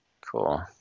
cool